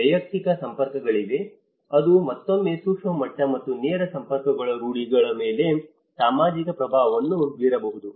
ವೈಯಕ್ತಿಕ ಸಂಪರ್ಕಗಳಿವೆ ಅದು ಮತ್ತೊಮ್ಮೆ ಸೂಕ್ಷ್ಮ ಮಟ್ಟ ಮತ್ತು ನೇರ ಸಂಪರ್ಕಗಳು ರೂಢಿಗಳ ಮೇಲೆ ಸಾಮಾಜಿಕ ಪ್ರಭಾವವನ್ನು ಬೀರಬಹುದು